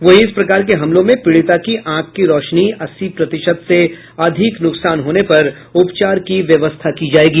वहीं इस प्रकार के हमलों में पीड़िता की आंख की रोशनी अस्सी प्रतिशत से अधिक नुकसान होने पर उपचार की व्यवस्था की जायेगी